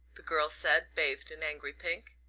the girl said, bathed in angry pink.